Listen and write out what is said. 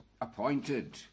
appointed